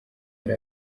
yari